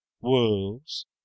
wolves